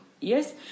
Yes